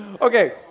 Okay